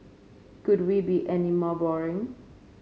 could we be any more boring